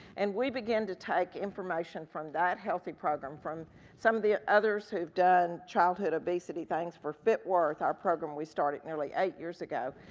and we begin to take information from that healthy program, from some of the others who've done childhood obesity things for fitworth, our program we started nearly eight years ago.